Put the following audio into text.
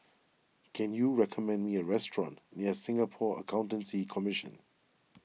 can you recommend me a restaurant near Singapore Accountancy Commission